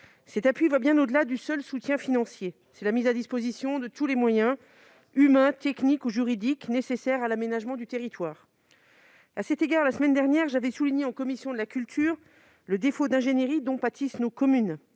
Cet appui va bien au-delà du seul soutien financier : c'est la mise à disposition de tous les moyens, humains, techniques ou juridiques, nécessaires à l'aménagement du territoire. La semaine dernière, j'ai souligné en commission de la culture le défaut d'ingénierie dont pâtissent nos communes.